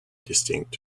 distinct